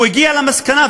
הוא הגיע למסקנה,